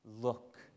look